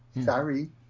Sorry